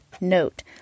Note